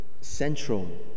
central